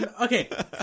Okay